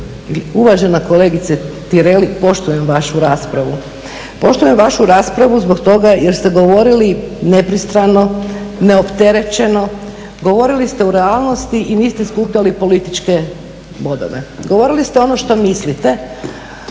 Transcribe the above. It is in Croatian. Uvažena kolegice Tireli poštujem vašu raspravu, poštujem vašu raspravu zbog toga jer ste govorili nepristrano, neopterećeno, govorili ste o realnosti i niste skupljali političke bodove. Govorili ste ono što mislite